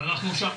ואנחנו שם.